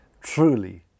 truly